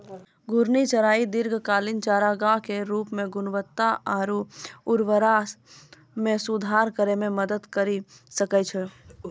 घूर्णि चराई दीर्घकालिक चारागाह के रूपो म गुणवत्ता आरु उर्वरता म सुधार करै म मदद करि सकै छै